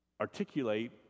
articulate